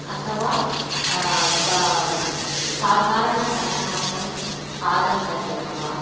अथवा पा स साधारण पठनार्थं कादम्बर्यः वा